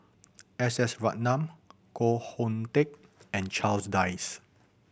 S S Ratnam Koh Hoon Teck and Charles Dyce